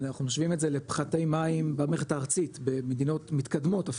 אנחנו משווים את זה לפחתי מים במערכת הארצית במדינות מתקדמות,